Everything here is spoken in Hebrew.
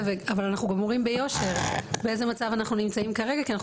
אבל אנחנו גם אומרים ביושר באיזה מצב אנחנו נמצאים כרגע כי אנחנו